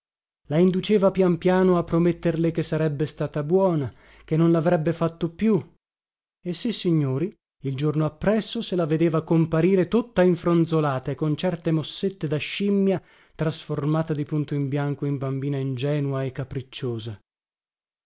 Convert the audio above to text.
la induceva pian piano a prometterle che sarebbe stata buona che non lavrebbe fatto più e sissignori il giorno appresso se la vedeva comparire tutta infronzolata e con certe mossette da scimmia trasformata di punto in bianco in bambina ingenua e capricciosa